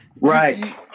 Right